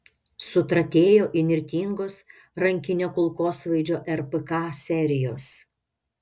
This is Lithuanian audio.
sutratėjo įnirtingos rankinio kulkosvaidžio rpk serijos